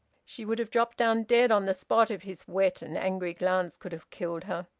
she would have dropped down dead on the spot if his wet and angry glance could have killed her.